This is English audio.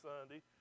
Sunday